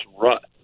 rut